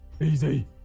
Easy